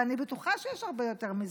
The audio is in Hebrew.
ואני בטוחה שיש הרבה יותר מזה.